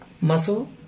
muscle